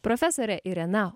profesorė irena